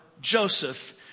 Joseph